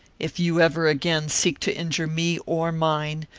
if you ever again seek to injure me or mine,